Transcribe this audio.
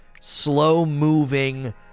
slow-moving